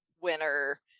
winner